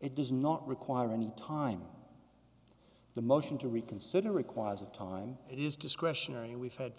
it does not require any time the motion to reconsider requires a time it is discretionary and we've had